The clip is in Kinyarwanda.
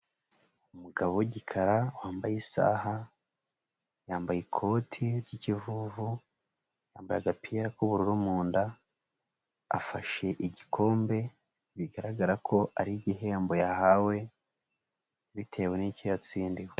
Umugabo w'igikara wambaye isaha, yambaye ikoti ry'ikivuvu, yambaye agapira k'ubururu mu nda, afashe igikombe bigaragara ko ari igihembo yahawe bitewe n'icyo yatsindiwe.